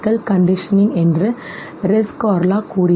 conditioning என்று Rescorla கூறினார்